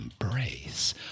embrace